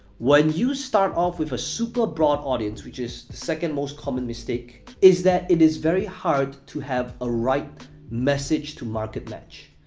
when you start off with a super-broad audience, which is the second most common mistake, is that it is very hard to have a right message to market match.